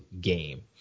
game